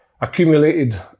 accumulated